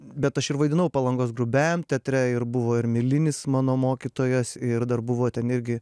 bet aš ir vaidinau palangos grubiajame teatre ir buvo ir milinis mano mokytojas ir dar buvo ten irgi